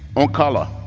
ah color.